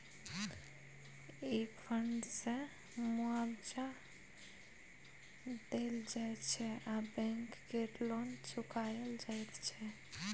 ई fund सँ मुआबजा देल जाइ छै आ बैंक केर लोन चुकाएल जाइत छै